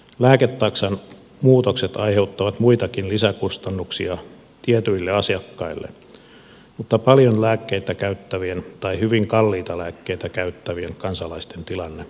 lääketaksan muutokset aiheuttavat muitakin lisäkustannuksia tietyille asiakkaille mutta paljon lääkkeitä käyttävien tai hyvin kalliita lääkkeitä käyttävien kansalaisten tilanne onneksi paranee